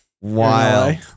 Wild